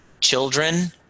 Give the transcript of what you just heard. children